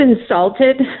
insulted